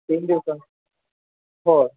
तीन दिवसांत हो